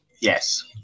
Yes